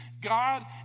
God